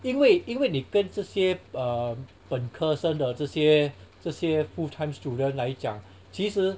因为因为你跟这些 um 本科生的这些这些 full time student 来讲其实